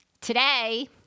today